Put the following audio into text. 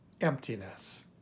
emptiness